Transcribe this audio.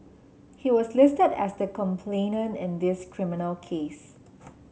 he was listed as the complainant in this criminal case